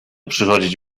przychodzić